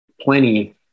plenty